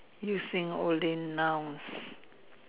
using only nouns